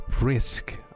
risk